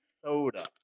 Soda